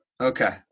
Okay